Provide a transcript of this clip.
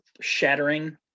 shattering